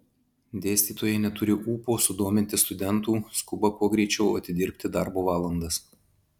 dėstytojai neturi ūpo sudominti studentų skuba kuo greičiau atidirbti darbo valandas